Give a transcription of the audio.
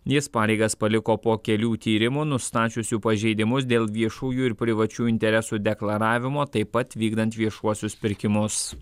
jis pareigas paliko po kelių tyrimų nustačiusių pažeidimus dėl viešųjų ir privačių interesų deklaravimo taip pat vykdant viešuosius pirkimus